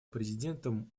президентом